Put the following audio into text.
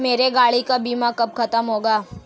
मेरे गाड़ी का बीमा कब खत्म होगा?